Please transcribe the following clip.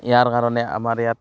ইয়াৰ কাৰণে আমাৰ ইয়াত